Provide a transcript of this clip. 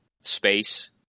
space